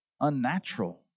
unnatural